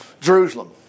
Jerusalem